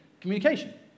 communication